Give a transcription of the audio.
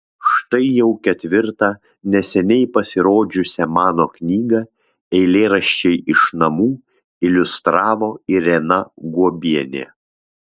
štai jau ketvirtą neseniai pasirodžiusią mano knygą eilėraščiai iš namų iliustravo irena guobienė